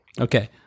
Okay